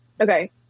okay